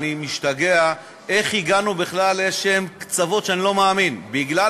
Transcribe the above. אני משתגע איך הגענו בכלל לקצוות שאני לא מאמין בגלל